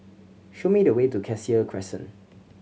show me the way to Cassia Crescent